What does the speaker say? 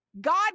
God